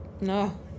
No